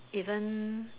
even